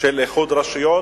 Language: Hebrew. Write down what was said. של איחוד רשויות.